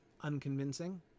Unconvincing